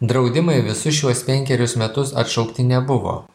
draudimai visus šiuos penkerius metus atšaukti nebuvo